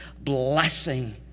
blessing